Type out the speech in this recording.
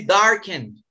darkened